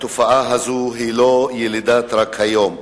התופעה הזאת היא לא רק ילידת היום.